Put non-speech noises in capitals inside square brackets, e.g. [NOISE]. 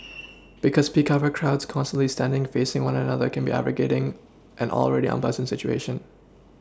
[NOISE] because peak hour crowds constantly standing facing one another can be aggravating an already unpleasant situation